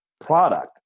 product